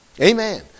Amen